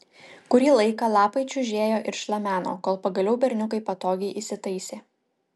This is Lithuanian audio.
kurį laiką lapai čiužėjo ir šlameno kol pagaliau berniukai patogiai įsitaisė